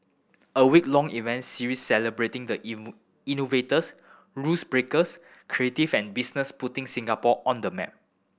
a week long event series celebrating the innovators rules breakers creative and business putting Singapore on the map